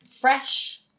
fresh